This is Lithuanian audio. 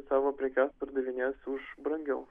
savo prekes pardavinės už brangiau